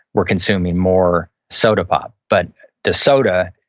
we're consuming more soda pop. but the soda,